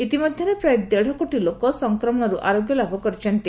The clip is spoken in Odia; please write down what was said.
ଇତିମଧ୍ଧରେ ପ୍ରାୟ ଦେଢ଼ କୋଟି ଲୋକ ସଂକ୍ରମଣରୁ ଆରୋଗ୍ୟ ଲାଭ କରିଛନ୍ତି